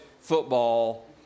football